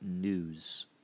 news